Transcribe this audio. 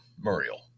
Muriel